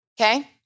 Okay